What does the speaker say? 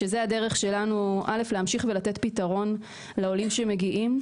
שזו הדרך שלנו להמשיך ולתת פתרון לעולים שמגיעים.